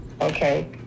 Okay